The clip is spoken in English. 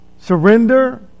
Surrender